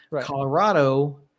Colorado